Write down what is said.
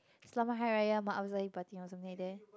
Selamat-Hari-Raya or something like that